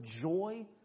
joy